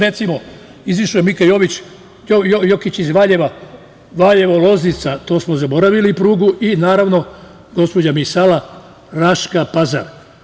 Recimo, izašao je Mika Jokić iz Valjeva, Valjevo-Loznica, tu prugu smo zaboravili i, naravno, gospođo Misala, Raška-Pazar.